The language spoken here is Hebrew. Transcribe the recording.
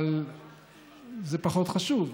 אבל זה פחות חשוב.